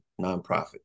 nonprofit